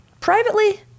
privately